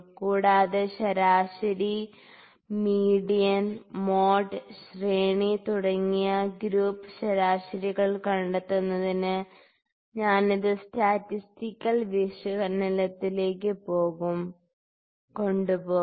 കൂടാതെ ശരാശരി median mode ശ്രേണി തുടങ്ങിയ ഗ്രൂപ്പ് ശരാശരികൾ കണ്ടെത്തുന്നതിന് ഞാൻ ഇത് സ്റ്റാറ്റിസ്റ്റിക്കൽ വിശകലനത്തിലേക്ക് കൊണ്ടുപോകും